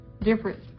different